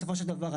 בסופו של דבר,